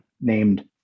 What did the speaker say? named